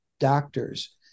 doctors